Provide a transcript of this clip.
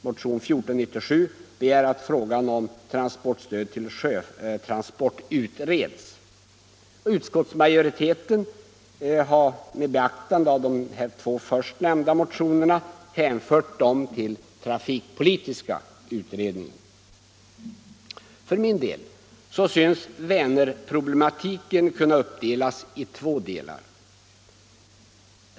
Motionen 1497 begär att frågan om transportstöd till sjötransport utreds. Utskottsmajoriteten har med beaktande av de två först nämnda motionerna hänfört dem till trafikpolitiska utredningen. Enligt min uppfattning kan Vänerproblematiken uppdelas i två delar.